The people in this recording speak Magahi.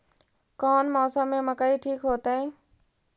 कौन मौसम में मकई ठिक होतइ?